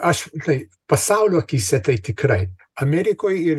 aš kai pasaulio akyse tai tikrai amerikoj ir